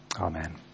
Amen